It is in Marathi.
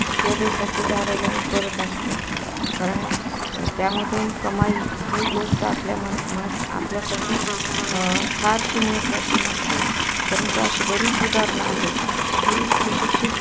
शोभेसाठी झाडं लावून करत असतो कारण त्यामधून कमाई ही गोष्ट आपल्या मन मह आपल्यासाठी फारशी महत्त्वाची नसते परंतु अशी बरीच उदारणं आहेत की सुशिक्षित